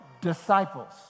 disciples